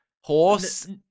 Horse